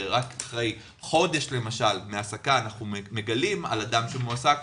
שרק אחרי חודש מההעסקה אנחנו מגלים על אדם שמועסק,